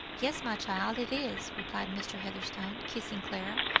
yes, my child, it is, replied mr. heatherstone, kissing clara,